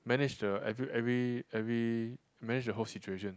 manage the every every every manage the whole situation